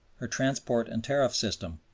her transport and tariff system.